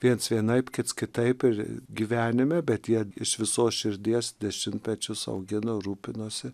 viens vienaip kits kitaip ir gyvenime bet jie iš visos širdies dešimtmečius augino rūpinosi